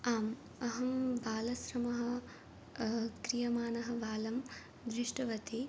आम् अहं बालश्रमः क्रियमाणः बालं दृष्टवती